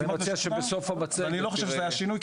אבל אני לא חושב שהיה שינוי,